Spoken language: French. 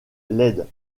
laides